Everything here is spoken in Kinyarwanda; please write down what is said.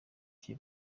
jay